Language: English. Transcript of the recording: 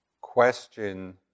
question